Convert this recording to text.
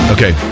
Okay